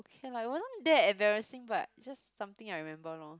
okay lah it wasn't that embarrassing but it's just something that I remember lor